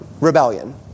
rebellion